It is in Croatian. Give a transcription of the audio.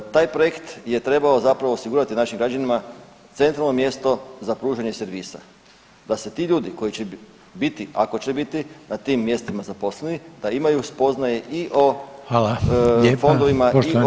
Taj projekt je trebao zapravo osigurati našim građanima centralno mjesto za pružanje servisa, da se ti ljudi koji će biti, ako će biti na tim mjestima zaposleni, da imaju spoznaje i o [[Upadica: Hvala lijepa.]] fondovima i o vrijednostima